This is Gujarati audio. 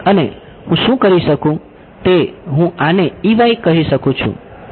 અને હું શું કરી શકું તે હું આને કહી શકું છું